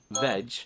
veg